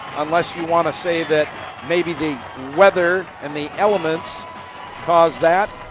unless you want to say that maybe the weather and the elements caused that.